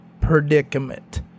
predicament